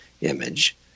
image